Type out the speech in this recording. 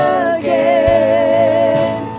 again